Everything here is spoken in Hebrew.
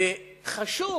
וחשוב